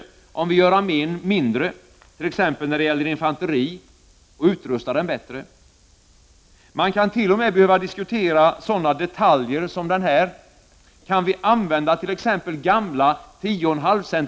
Som jag vid tidigare tillfällen har sagt, var det inget politiskt parti som inför 1987 års försvarsbeslut kunde förutse försvarets ekonomiska problem.